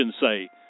say